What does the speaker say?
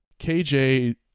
KJ